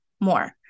more